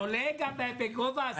לא, אבל עולה גם בגובה השכר.